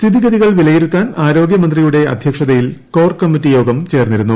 സ്ഥിതിഗതികൾ വിലയിരുത്താൻ ആരോഗ്യമന്ത്രിയുടെ അധ്യക്ഷതയിൽ കോർ കമ്മിറ്റി യോഗം ചേർന്നിരുന്നു